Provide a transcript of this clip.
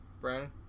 brandon